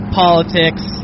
politics